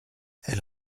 elle